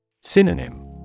Synonym